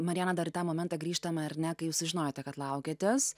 mariana dar į tą momentą grįžtame ar ne kai jūs sužinojote kad laukiatės